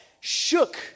shook